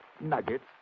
nuggets